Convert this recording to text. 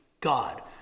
God